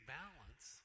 balance